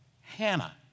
Hannah